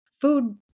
food